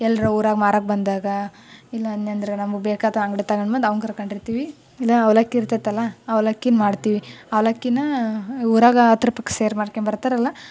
ಎಲ್ಲರ ಊರಾಗೆ ಮಾರೋಕ್ ಬಂದಾಗಾ ಇಲ್ಲ ಅಂದೆನಂದ್ರ ನಮ್ಗೆ ಬೇಕಾತ ಅಂಗ್ಡಿಯಾಗ್ ತಗೊಂಡು ಬಂದು ಹಾಕೊಂಡಿರ್ತಿವಿ ಇಲ್ಲ ಅವಲಕ್ಕಿ ಇರ್ತದಲ್ಲ ಅವಲಕ್ಕಿನ ಮಾಡ್ತೀವಿ ಅವಲಕ್ಕಿನ ಊರಾಗ ಹತ್ತು ರೂಪಾಯ್ಗೆ ಸೇರು ಮಾರ್ಕೊಂಬರ್ತರಲ್ಲ